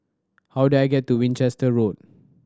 how do I get to Winchester Road